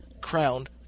crowned